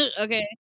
Okay